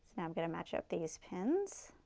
am going to match up these pins